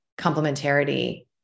complementarity